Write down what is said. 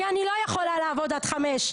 כי אני לא יכולה לעבוד עד חמש,